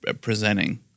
presenting